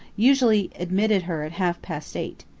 usually admitted her at half-past eight.